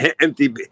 Empty